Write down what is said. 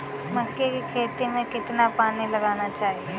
मक्के की खेती में कितना पानी लगाना चाहिए?